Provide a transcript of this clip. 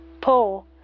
Paul